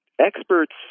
Experts